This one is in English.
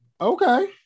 Okay